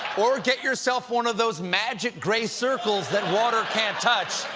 or get yourself one of those magic gray circles that water can't touch.